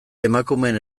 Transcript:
emakumeen